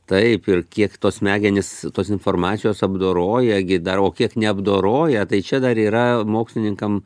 taip ir kiek tos smegenys tos informacijos apdoroja gi dar o kiek neapdoroja tai čia dar yra mokslininkam